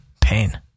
pain